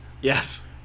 yes